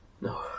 no